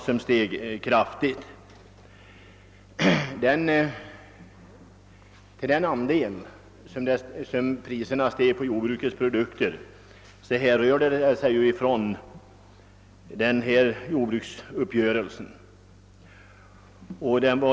Den andel av prisstegringen som föll på jordbrukets produkter härrörde från jordbruksuppgörelsen.